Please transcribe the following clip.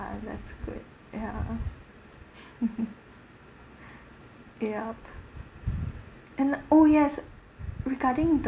that's good ya yup and oh yes regarding the